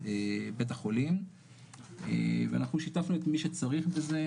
בית החולים ואנחנו שיתפנו את מי שצריך בזה,